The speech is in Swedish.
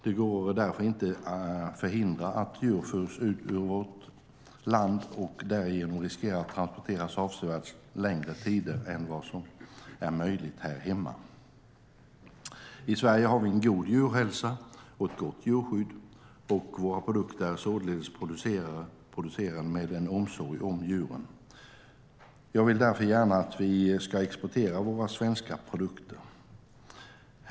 Det går därför inte att förhindra att djur förs ut ur vårt land och därigenom riskerar att transporteras avsevärt längre tider än vad som är möjligt här hemma. I Sverige har vi en god djurhälsa och ett gott djurskydd, och våra produkter är således producerade med en omsorg om djuren. Jag vill därför gärna att vi ska exportera våra svenska produkter.